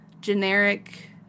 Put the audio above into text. generic